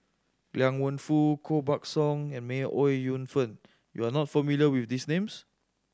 Liang Wenfu Koh Buck Song and May Ooi Yu Fen you are not familiar with these names